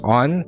on